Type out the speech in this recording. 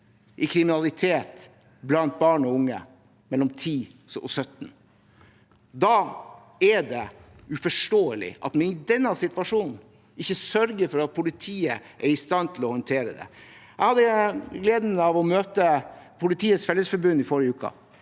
i kriminalitet blant barn og unge mellom 10 år og 17 år. Da er det uforståelig at man i denne situasjonen ikke sørger for at politiet er i stand til å håndtere det. Jeg hadde gleden av å møte Politiets Fellesforbund i forrige uke.